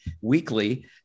weekly